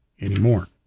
anymore